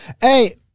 Hey